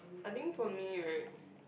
I think for me right